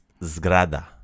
Zgrada